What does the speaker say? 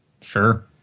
Sure